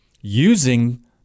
using